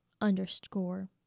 underscore